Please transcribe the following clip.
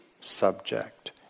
subject